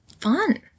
fun